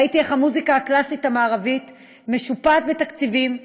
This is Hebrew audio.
ראיתי איך המוזיקה הקלאסית המערבית משופעת בתקציבים,